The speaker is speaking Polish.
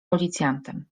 policjantem